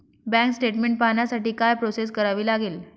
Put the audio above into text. Bank statement पाहण्यासाठी काय process करावी लागेल?